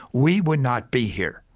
we would not be here.